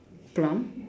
plum